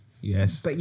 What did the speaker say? Yes